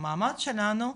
למעמד שלנו,